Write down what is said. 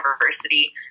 university